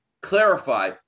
clarify